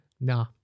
Nah